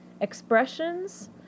expressions